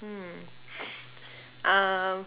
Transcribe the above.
hmm um